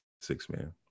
six-man